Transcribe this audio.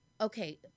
okay